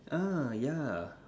uh yeah